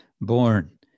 born